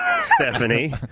Stephanie